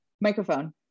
microphone